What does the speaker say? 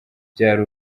byari